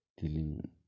dealing